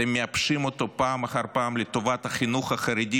אתם מייבשים אותו פעם אחר פעם לטובת החינוך החרדי,